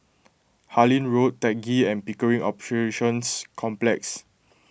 Harlyn Road Teck Ghee and Pickering Operations Complex